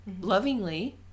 lovingly